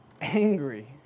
angry